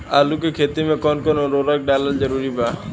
आलू के खेती मे कौन कौन उर्वरक डालल जरूरी बा?